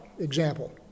example